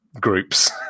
groups